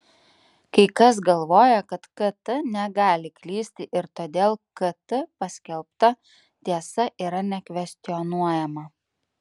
kai kas galvoja kad kt negali klysti ir todėl kt paskelbta tiesa yra nekvestionuojama